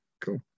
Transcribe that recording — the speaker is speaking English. cool